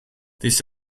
this